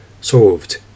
solved